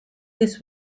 this